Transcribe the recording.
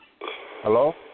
Hello